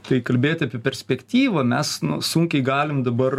tai kalbėt apie perspektyvą mes sunkiai galim dabar